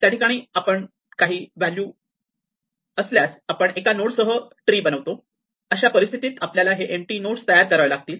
त्या ठिकाणी काही व्हॅल्यू असल्यास आपण एका नोडसह एक ट्री बनवतो अशा परिस्थितीत आपल्याला हे एम्पटी नोड्स तयार करावे लागतील